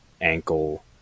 ankle